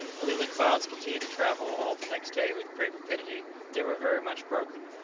although the clouds continued to travel all the next day with great rapidity they were very much broken,